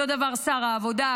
אותו דבר שר העבודה,